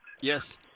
Yes